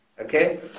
Okay